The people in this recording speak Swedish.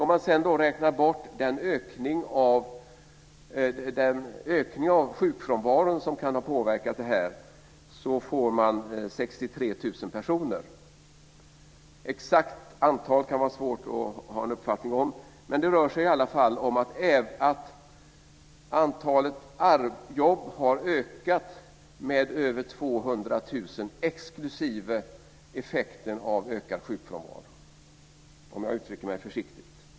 Man räknar sedan bort den ökning av sjukfrånvaron som kan ha påverkat detta på 63 000 personer. Exakt antal kan vara svårt att ha en uppfattning om. Men det rör sig i varje fall om att antalet jobb har ökat med över 200 000 exklusive effekten av ökad sjukfrånvaro, om jag uttrycker mig försiktigt.